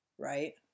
Right